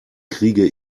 kriege